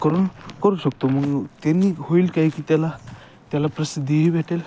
करून करू शकतो मग त्यांनी होईल काय की त्याला त्याला प्रसिद्धीही भेटेल